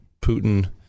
Putin